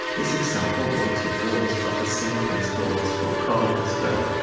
this example works with volts but the same principles hold for current as well.